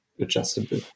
adjustable